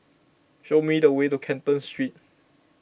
show me the way to Canton Street